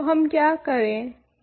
तो हम क्या करें यदि ai